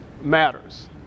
matters